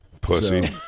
pussy